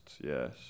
yes